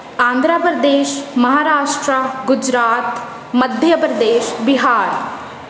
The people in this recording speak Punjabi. ਆਂਧਰਾ ਪ੍ਰਦੇਸ਼ ਮਹਾਰਾਸ਼ਟਰ ਗੁਜਰਾਤ ਮੱਧਿਆ ਪ੍ਰਦੇਸ਼ ਬਿਹਾਰ